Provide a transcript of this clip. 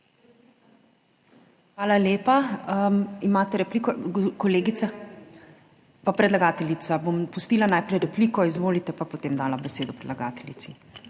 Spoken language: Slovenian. Hvala lepa. Imate repliko, kolegica? Predlagateljica. Bom pustila najprej repliko, izvolite pa potem dala besedo predlagateljici.